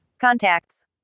Contacts